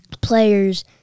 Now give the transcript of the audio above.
players